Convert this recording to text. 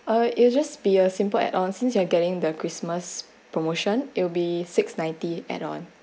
uh it'll just be a simple add on since you are getting the christmas promotion it'll be six ninety add on